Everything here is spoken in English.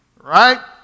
Right